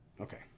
Okay